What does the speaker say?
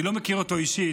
אני לא מכיר אותו אישית,